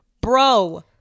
bro